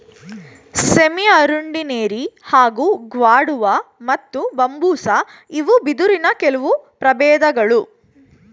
ಸೆಮಿಅರುಂಡಿನೆರಿ ಹಾಗೂ ಗ್ವಾಡುವ ಮತ್ತು ಬಂಬೂಸಾ ಇವು ಬಿದಿರಿನ ಕೆಲ್ವು ಪ್ರಬೇಧ್ಗಳು